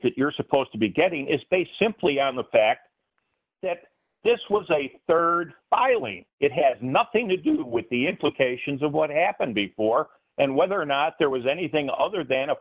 that you're supposed to be getting is based simply on the fact that this was a rd filing it had nothing to do with the implications of what happened before and whether or not there was anything other than a